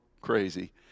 crazy